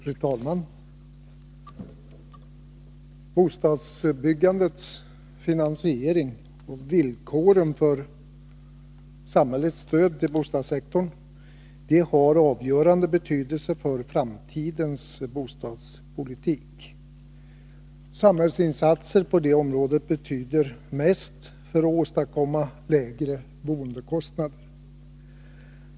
Fru talman! Bostadsbyggandets finansiering och villkoren för samhällets stöd till bostadssektorn har avgörande betydelse för framtidens bostadspolitik. Samhällsinsatser på detta område betyder mest för att åstadkomma lägre boendekostnader.